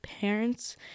parents